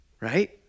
Right